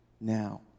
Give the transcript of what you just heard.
now